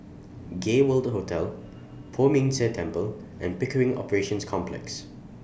Gay World Hotel Poh Ming Tse Temple and Pickering Operations Complex